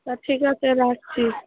তা ঠিক আছে রাখছি